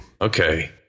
Okay